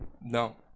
no